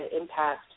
impact